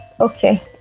okay